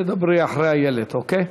את תדברי אחרי איילת, אוקיי?